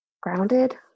grounded